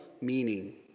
meaning